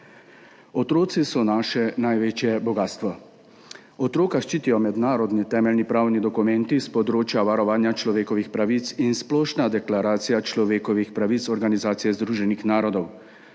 Otroci so naše največje bogastvo. Otroka ščitijo mednarodni temeljni pravni dokumenti s področja varovanja človekovih pravic in Splošna deklaracija človekovih pravic Organizacije združenih narodov.